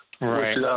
Right